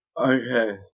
Okay